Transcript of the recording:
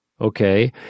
okay